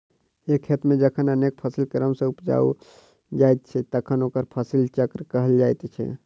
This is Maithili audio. एक खेत मे जखन अनेक फसिल क्रम सॅ उपजाओल जाइत छै तखन ओकरा फसिल चक्र कहल जाइत छै